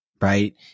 right